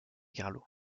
carlo